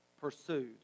pursued